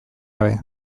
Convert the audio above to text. gabe